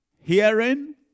Hearing